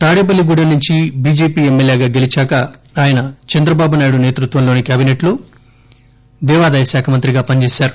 తాడేపల్లి గూడెం నుంచి బీజేపీ ఎమ్మెల్యేగా గెలీచాక ఆయన చంద్రబాబునాయుడు సేతృత్వంలోని క్యాబిసెట్లో దేవాదాయ శాఖ మంత్రిగా పనిచేశారు